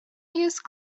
use